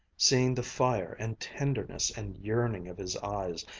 seeing the fire and tenderness and yearning of his eyes,